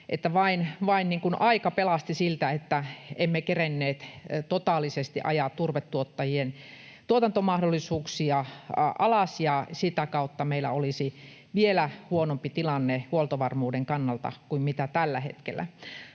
aika pelasti siltä, että emme kerenneet totaalisesti ajaa turvetuottajien tuotantomahdollisuuksia alas ja sitä kautta meillä olisi vielä huonompi tilanne huoltovarmuuden kannalta kuin mitä tällä hetkellä.